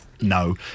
no